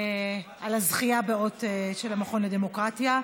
על הזכייה באות של המכון לדמוקרטיה.